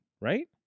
right